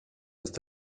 ist